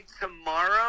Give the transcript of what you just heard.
tomorrow